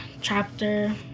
chapter